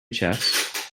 chess